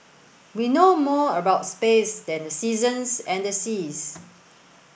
we know more about space than the seasons and the seas